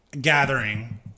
gathering